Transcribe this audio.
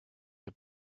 der